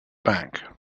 back